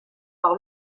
par